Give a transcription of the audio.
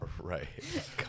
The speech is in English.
right